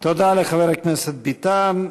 תודה לחבר הכנסת ביטן.